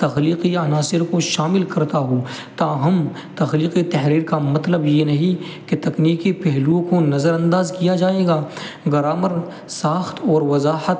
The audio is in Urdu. تخلیقیہ عناصر کو شامل کرتا ہوں تاہم تخلیقی تحریر کا مطلب یہ نہیں کہ تکنیکی پہلوؤں کو نظر انداز کیا جائے گا گرامر ساخت اور وضاحت